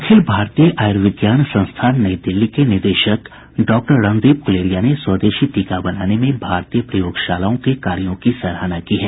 अखिल भारतीय आयुर्विज्ञान संस्थान नई दिल्ली के निदेशक डॉक्टर रणदीप गुलेरिया ने स्वदेशी टीका बनाने में भारतीय प्रयोगशालाओं के कार्यो की सराहना की है